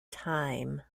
time